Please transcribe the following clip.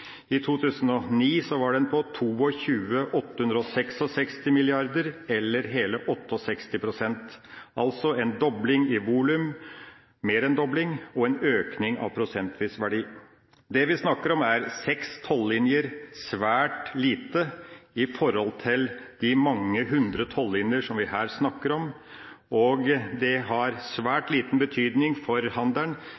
I 2009 var den på 22,866 mrd. kr, eller hele 68 pst., altså en dobling i volum – mer enn dobling – og en økning av prosentvis verdi. Det vi snakker om, er seks tollinjer – svært lite i forhold til de mange hundre tollinjer som vi her snakker om – og det har